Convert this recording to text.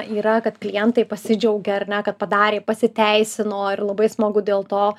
yra kad klientai pasidžiaugia ar ne kad padarė pasiteisino ir labai smagu dėl to